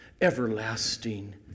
everlasting